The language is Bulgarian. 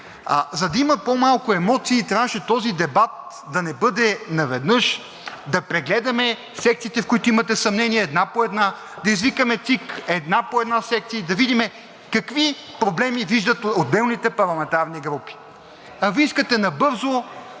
За да има по-малко емоции, трябваше този дебат да не бъде наведнъж, да прегледаме секциите, в които имате съмнение, една по една, да извикаме ЦИК – една по една секции, да видим какви проблеми виждат отделните парламентарни групи. А Вие искате набързо